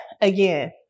again